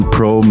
Pro